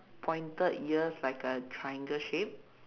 pointed ears like a triangle shape